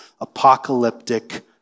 apocalyptic